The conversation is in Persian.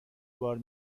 بار